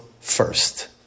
first